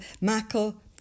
Michael